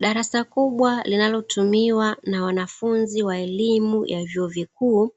Darasa kubwa linalotumiwa na wanafunzi wa elimu ya vyuo vikuu